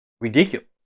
ridiculous